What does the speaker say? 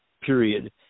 period